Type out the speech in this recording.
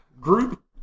Group